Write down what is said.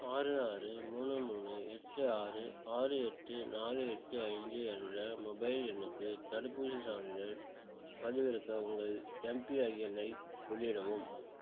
ஆறு ஆறு மூணு மூணு எட்டு ஆறு ஆறு எட்டு நாலு எட்டு அஞ்சு என்ற மொபைல் எண்ணுக்கு தடுப்பூசிச் சான்றிதழ்ப் பதிவிறக்க உங்கள் எம்பிஐஎன் ஐ உள்ளிடவும்